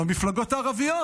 מהמפלגות הערביות.